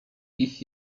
ich